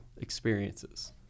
experiences